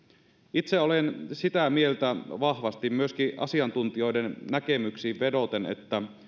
itse olen sitä mieltä vahvasti myöskin asiantuntijoiden näkemyksiin vedoten että